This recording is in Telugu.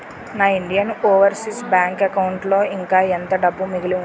నా ఇండియన్ ఓవర్సీస్ బ్యాంక్ అకౌంటులో ఇంకా ఎంత డబ్బు మిగిలి ఉంది